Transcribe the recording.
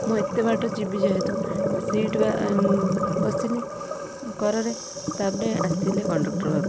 ମୁଁ ଏତେ ବାଟ ଯିବି ଯେହେତୁ ସିଟ ବା ବସିଲେ କରରେ ତା ପରେ ଆସିଲେ କଣ୍ଡକ୍ଟର ବାବୁ